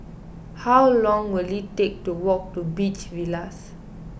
how long will it take to walk to Beach Villas